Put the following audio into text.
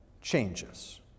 changes